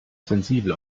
sensibel